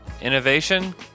innovation